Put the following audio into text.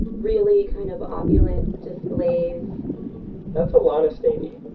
really kind of opulent displays that's alana staiti.